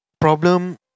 problem